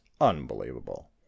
unbelievable